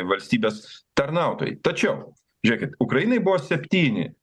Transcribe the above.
valstybės tarnautojai tačiau žiūrėkit ukrainai buvo septyni